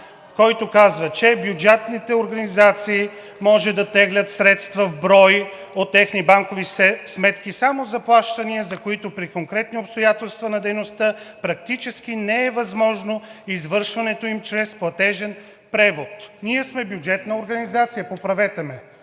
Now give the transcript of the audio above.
4а се казва, че: „Бюджетните организации могат да теглят средства в брой от техни банкови сметки само за плащания, за които при конкретни обстоятелства на дейността практически не е възможно извършването им чрез платежен превод.“ Ние сме бюджетна организация, поправете ме,